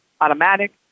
automatic